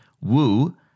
Woo